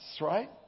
right